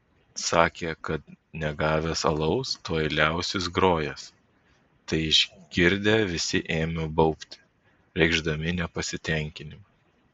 sakė kad negavęs alaus tuoj liausis grojęs tai išgirdę visi ėmė baubti reikšdami nepasitenkinimą